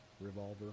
Revolver